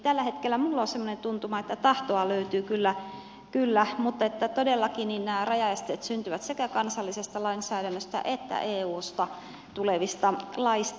tällä hetkellä minulla on semmoinen tuntuma että tahtoa löytyy kyllä mutta että todellakin nämä rajaesteet syntyvät sekä kansallisesta lainsäädännöstä että eusta tulevista laeista